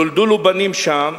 נולדו לו בנים שם,